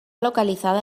localizada